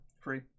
Free